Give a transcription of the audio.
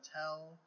tell